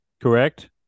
correct